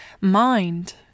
mind